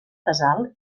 casal